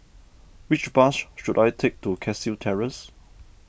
which bus should I take to Cashew Terrace